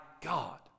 God